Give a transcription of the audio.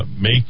make